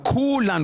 כולנו,